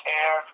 air